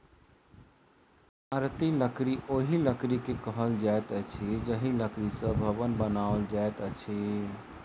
इमारती लकड़ी ओहि लकड़ी के कहल जाइत अछि जाहि लकड़ी सॅ भवन बनाओल जाइत अछि